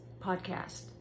podcast